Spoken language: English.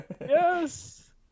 Yes